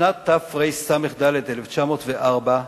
בשנת תרס"ד, 1904,